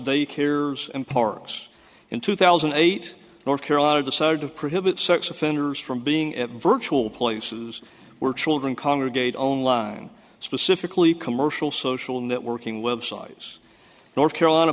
daycares and parks in two thousand and eight north carolina decided to prohibit sex offenders from being at virtual places were children congregate online specifically commercial social networking websites north carolina